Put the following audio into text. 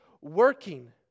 working